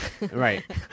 Right